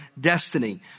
destiny